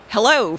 Hello